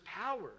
power